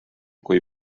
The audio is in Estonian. kui